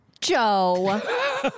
Joe